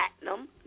platinum